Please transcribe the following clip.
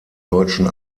deutschen